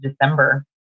December